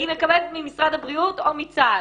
היא מקבלת ממשרד הבריאות או מצה"ל?